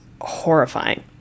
horrifying